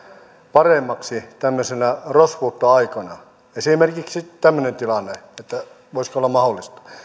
paremmaksi tämmöisenä rospuuttoaikana esimerkiksi tämmöinen tilanne voisiko olla mahdollista